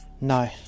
No